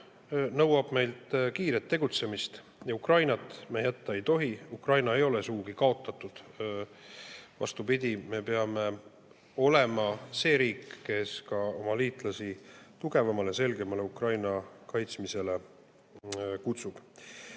nõuab meilt kiiret tegutsemist ja Ukrainat me jätta ei tohi. Ukraina ei ole sugugi kaotatud. Vastupidi, me peame olema see riik, kes ka oma liitlasi tugevamale, selgemale Ukraina kaitsmisele kutsub. Nüüd